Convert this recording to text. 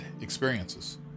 experiences